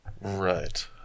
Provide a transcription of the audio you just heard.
Right